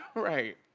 right.